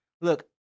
Look